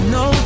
no